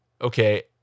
okay